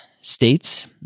states